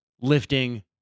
lifting